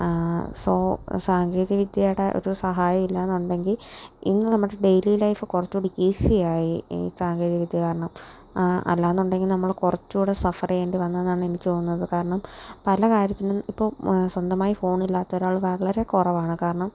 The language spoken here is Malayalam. സോ സാങ്കേതിക വിദ്യയുടെ ഒരു സഹായമില്ല എന്നുണ്ടെങ്കിൽ ഇന്ന് നമ്മുടെ ഡെയ്ലി ലൈഫ് കുറച്ച് കൂടി ഈസിയായി ഈ സാങ്കേതിക വിദ്യ കാരണം അല്ലയെന്നുണ്ടെങ്കിൽ നമ്മൾ കുറച്ച് കൂടി സഫർ ചെയ്യേണ്ടി വന്നെന്നാണ് എനിക്ക് തോന്നുന്നത് കാരണം പല കാര്യത്തിനും ഇപ്പോൾ സ്വന്തമായി ഫോണില്ലാത്തൊരാൾ വളരെ കുറവാണ് കാരണം